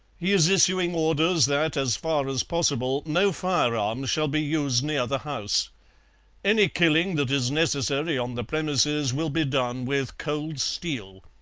he is issuing orders that as far as possible no firearms shall be used near the house any killing that is necessary on the premises will be done with cold steel.